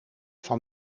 van